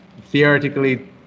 theoretically